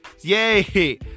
Yay